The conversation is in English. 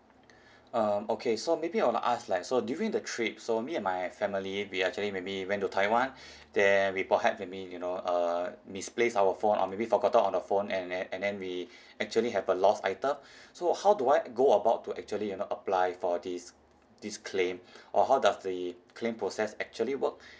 um okay so maybe I want to ask like so during the trip so me and my family we actually maybe went to taiwan then we perhaps maybe you know uh misplaced our phone or maybe forgotten on the phone and and and then we and then we actually have a lost item so how do I go about to actually you know apply for this this claim or how does the claim process actually work